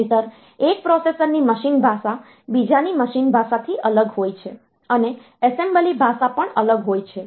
નહિંતર એક પ્રોસેસરની મશીન ભાષા બીજાની મશીન ભાષાથી અલગ હોય છે અને એસેમ્બલી ભાષા પણ અલગ હોય છે